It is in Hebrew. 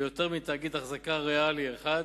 ביותר מתאגיד החזקה ריאלי אחד,